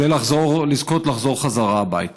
כדי לזכות לחזור בחזרה הביתה.